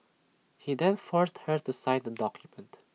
he then forced her to sign the document